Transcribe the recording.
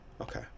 okay